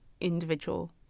individual